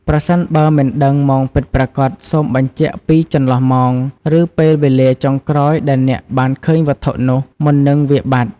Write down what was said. ប្រសិនបើមិនដឹងម៉ោងពិតប្រាកដ សូមបញ្ជាក់ពីចន្លោះម៉ោង ឬពេលវេលាចុងក្រោយដែលអ្នកបានឃើញវត្ថុនោះ មុននឹងវាបាត់។